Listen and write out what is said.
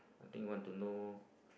I think want to know